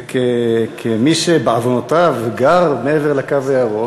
וכמי שבעוונותיו גר מעבר לקו הירוק,